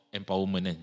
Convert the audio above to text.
empowerment